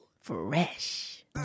fresh